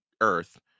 Earth